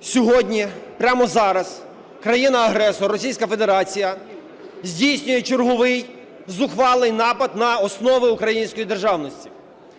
Сьогодні, прямо зараз, країна-агресор Російська Федерація здійснює черговий зухвалий напад на основи української державності.